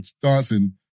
dancing